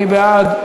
מי בעד?